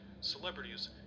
celebrities